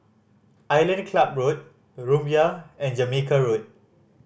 Island Club Road Rumbia and Jamaica Road